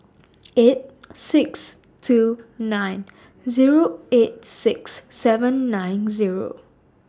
eight six two nine Zero eight six seven nine Zero